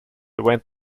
went